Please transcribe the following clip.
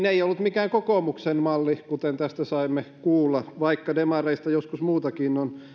ei ollut mikään kokoomuksen malli kuten tästä saimme kuulla vaikka demareista joskus muutakin on